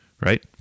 right